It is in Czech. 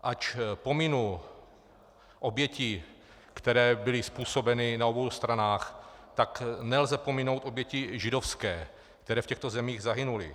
Ač pominu oběti, které byly způsobeny na obou stranách, tak nelze pominout oběti židovské, které v těchto zemích zahynuly.